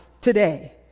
today